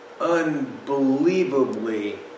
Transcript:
unbelievably